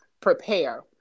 prepare